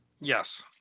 Yes